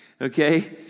Okay